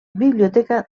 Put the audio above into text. biblioteca